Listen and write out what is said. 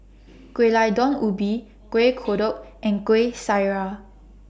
Gulai Daun Ubi Kueh Kodok and Kuih Syara